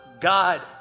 God